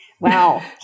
wow